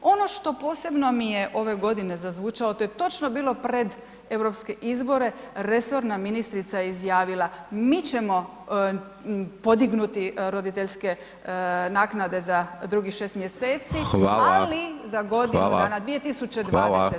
Ono što posebno mi je ove godine zazvučalo, to je točno bilo pred europske izbore, resorna ministrica je izjavila mi ćemo podignuti roditeljske naknade za drugih 6 mj. ali za godinu, 2020.